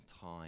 time